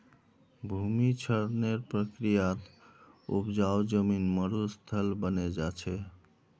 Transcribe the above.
भूमि क्षरनेर प्रक्रियात उपजाऊ जमीन मरुस्थल बने जा छे